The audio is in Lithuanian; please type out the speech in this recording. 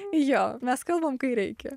jo mes kalbam kai reikia